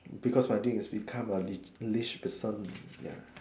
because my dream is become a rich person ya